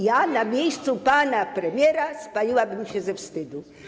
Ja na miejscu pana premiera spaliłabym się ze wstydu.